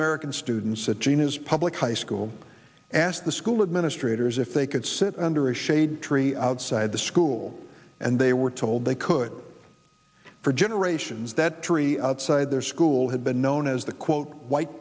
american students at gina's public high school asked the school administrators if they could sit under a shade tree outside the school and they were told they could for generations that tree outside their school had been known as the quote white